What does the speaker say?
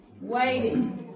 Waiting